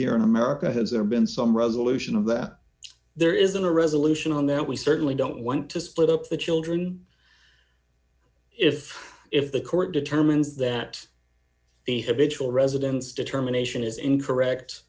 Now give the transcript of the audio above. here in america has there been some resolution of that there isn't a resolution on that we certainly don't want to split up the children if if the court determines that the habitual residence determination is incorrect